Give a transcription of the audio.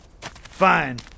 Fine